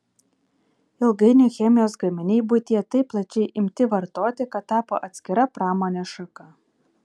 ilgainiui chemijos gaminiai buityje taip plačiai imti vartoti kad tapo atskira pramonės šaka